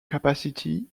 capacity